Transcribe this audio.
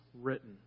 written